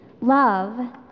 Love